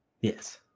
Yes